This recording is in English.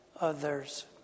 others